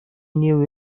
knew